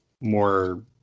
more